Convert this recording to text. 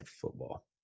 football